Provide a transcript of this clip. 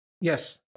Yes